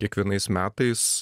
kiekvienais metais